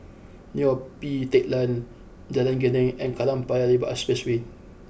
Neo Pee Teck Lane Jalan Geneng and Kallang Paya Lebar Expressway